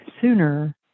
sooner